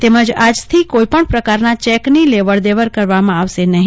તેમજ આજ થી કોઈ પણ પ્રકારના ચેકની લેવડ દેવડ કરવામાં આવશે નહી